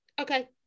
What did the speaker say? Okay